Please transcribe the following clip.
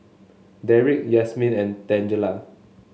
Deric Yasmeen and Tangela